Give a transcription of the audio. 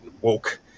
woke